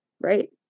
right